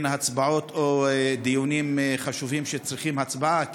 הצבעות או דיונים חשובים שצריכים הצבעה,